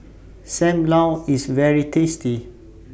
SAM Lau IS very tasty